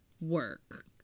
work